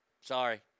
Sorry